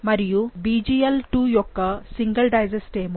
మరియు BglII యొక్క single digest ఏమో